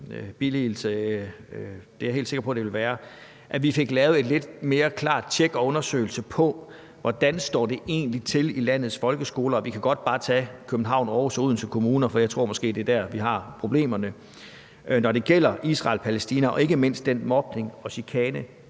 – fik lavet et lidt mere klart tjek og en undersøgelse af, hvordan det egentlig står til i landets folkeskoler? Og vi kan godt bare tage skolerne i København, Aarhus og Odense Kommuner, for jeg tror måske, det er der, vi har problemerne, når det gælder Israel-Palæstina, og ikke mindst den mobning og chikane